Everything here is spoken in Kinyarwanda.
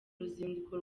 ruzinduko